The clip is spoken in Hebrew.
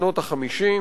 משנות ה-50,